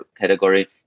category